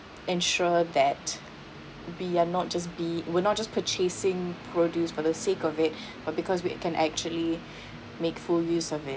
ensure that we're not just be we're not just purchasing produce for the sake of it but because we can actually make full use of it